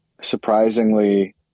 surprisingly